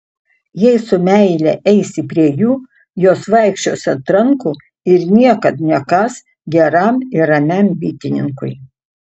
jei su meile eisi prie jų jos vaikščios ant rankų ir niekad nekąs geram ir ramiam bitininkui